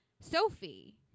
Sophie